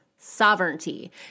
sovereignty